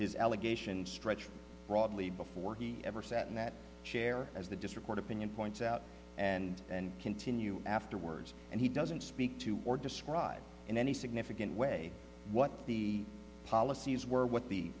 his allegation stretched broadly before he ever sat in that chair as the district opinion points out and then continue afterwards and he doesn't speak to or describe in any significant way what the policies were what